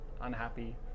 unhappy